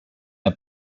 der